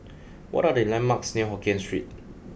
what are the landmarks near Hokien Street